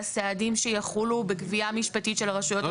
להסכים לצעדים שיחולו בגבייה משפטית של הרשויות המקומיות.